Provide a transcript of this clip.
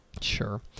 Sure